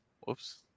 Whoops